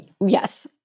Yes